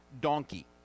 donkey